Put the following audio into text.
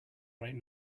right